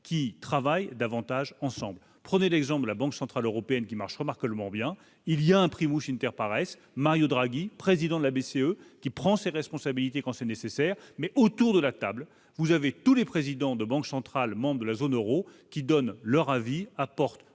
qui travaillent davantage ensemble, prenez l'exemple de la Banque centrale européenne qui marche remarquablement bien, il y a un prix mouche terre paraissent Mario Draghi, président de la BCE, qui prend ses responsabilités quand c'est nécessaire, mais autour de la table, vous avez tous les présidents de banques centrales, membre de la zone Euro qui donnent leur avis, apportent